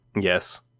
Yes